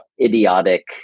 idiotic